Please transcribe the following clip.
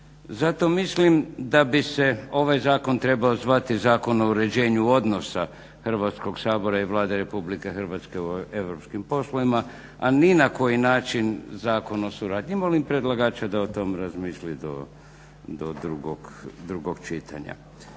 Zato mislim da bi se ovaj zakon trebao zvati Zakon o uređenju odnosa Hrvatskog sabora i Vlade RH o europskim poslovima, a ni na koji način Zakon o suradnji. Molim predlagača da o tom razmisli do drugog čitanja.